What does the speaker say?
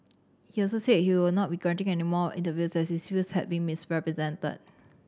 he also said he will not be granting any more interviews as his views had been misrepresented